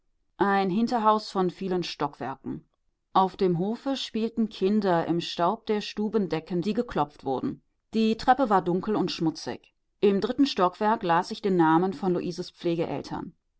ein hinterhaus von vielen stockwerken auf dem hofe spielten kinder im staub der stubendecken die geklopft wurden die treppe war dunkel und schmutzig im dritten stockwerk las ich den namen von